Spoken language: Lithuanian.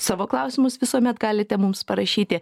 savo klausimus visuomet galite mums parašyti